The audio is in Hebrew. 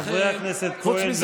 חברי הכנסת כהן וברביבאי.